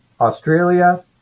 Australia